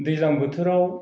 दैज्लां बोथोराव